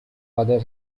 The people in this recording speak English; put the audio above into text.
father